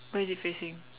where is it facing